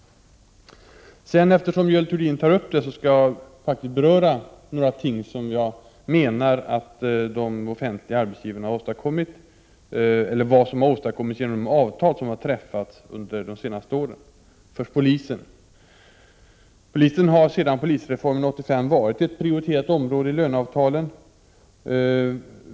Eftersom Görel Thurdin tar upp det skall jag faktiskt beröra några ting som jag menar har åstadkommits genom avtal som har träffats under de senaste åren. Polisen har sedan polisreformen 1985 varit ett prioriterat område i löneavtalen.